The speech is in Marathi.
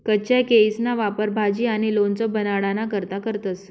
कच्चा केयीसना वापर भाजी आणि लोणचं बनाडाना करता करतंस